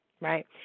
right